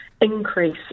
increase